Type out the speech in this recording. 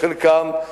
חלקם,